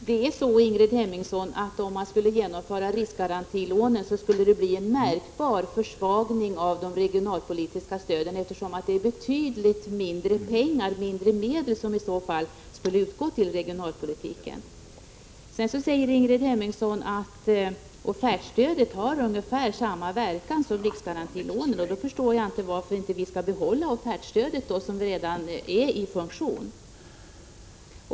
Herr talman! Det är så, Ingrid Hemmingsson, att om man skulle införa riskgarantilån, skulle det bli en märkbar försvagning av det regionalpolitiska stödet, eftersom betydligt mindre medel i så fall skulle utgå till regionalpolitiken. Ingrid Hemmingsson säger att offertstödet har ungefär samma verkan som riskgarantilånen. Varför behåller vi då inte offertstödet, som redan är i funktion?